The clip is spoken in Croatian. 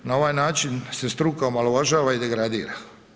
Na ovaj način se struka omalovažava i degradira.